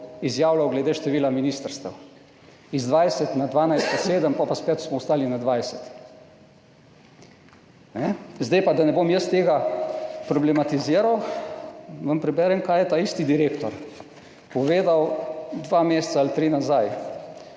izjavljal glede števila ministrstev, iz 20 na 12 in 7, potem pa spet smo ostali na 20. Da ne bom jaz tega problematiziral, vam preberem, kaj je isti direktor povedal dva ali tri mesece